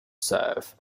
surf